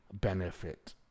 benefit